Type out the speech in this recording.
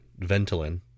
Ventolin